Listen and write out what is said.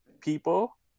people